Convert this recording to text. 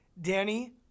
Danny